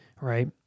right